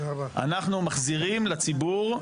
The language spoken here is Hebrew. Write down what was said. אנחנו מחזירים לציבור,